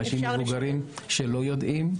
אנשים מבוגרים שלא יודעים.